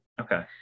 Okay